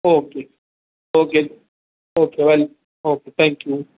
okay okay okay well okay thank you